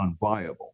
unviable